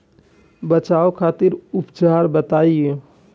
बचाव खातिर उपचार बताई?